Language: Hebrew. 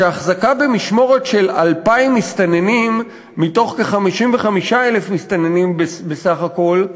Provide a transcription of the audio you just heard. ש"החזקה במשמורת של 2,000 מסתננים מתוך כ-55,000 מסתננים בסך הכול,